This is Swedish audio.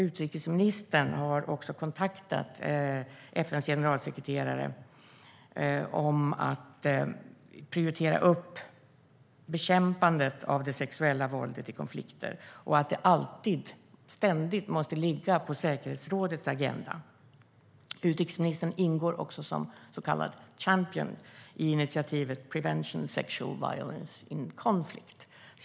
Utrikesministern har också kontaktat FN:s generalsekreterare om att prioritera upp bekämpandet av det sexuella våldet i konflikter, för det måste ständigt ligga på säkerhetsrådets agenda. Utrikesministern ingår även som så kallad champion i initiativet Preventing Sexual Violence in Conflict.